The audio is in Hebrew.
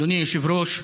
אדוני היושב-ראש,